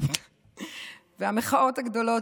והמחאות הגדולות